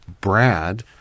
Brad